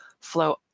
flow